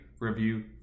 review